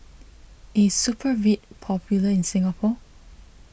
is Supravit popular in Singapore